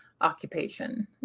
occupation